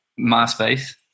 MySpace